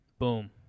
Boom